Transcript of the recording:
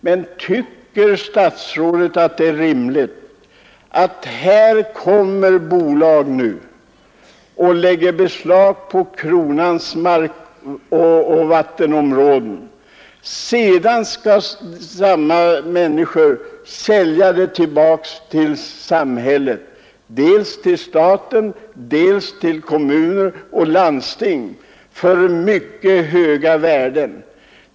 Men tycker statsrådet att det är rimligt att bolag nu lägger beslag på kronans markoch vattenområden och sedan säljer dem till samhället, dels till staten, dels till kommuner och landsting, för mycket stora pengar?